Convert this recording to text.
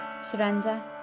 Surrender